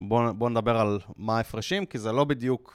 בואו נדבר על מה ההפרשים, כי זה לא בדיוק...